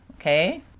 Okay